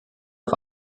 auf